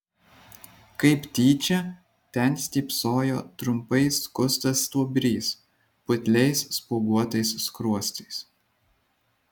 kaip tyčia ten stypsojo trumpai skustas stuobrys putliais spuoguotais skruostais